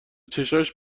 چشاش